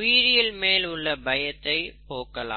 உயிரியல் மேல் உள்ள பயத்தை போக்கலாம்